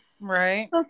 Right